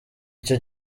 icyo